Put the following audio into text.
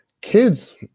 Kids